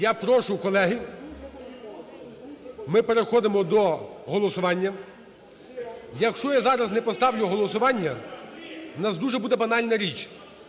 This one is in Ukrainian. я прошу, колеги, ми переходимо до голосування. Якщо я зараз не поставлю голосування, у нас дуже буде банальна річ.